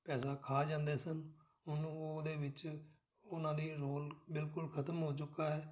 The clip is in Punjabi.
ਪੈਸਾ ਖਾ ਜਾਂਦੇ ਸਨ ਉਹਨੂੰ ਉਹਦੇ ਵਿੱਚ ਉਹਨਾਂ ਦੀ ਰੋਲ ਬਿਲਕੁਲ ਖਤਮ ਹੋ ਚੁੱਕਾ ਹੈ